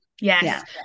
yes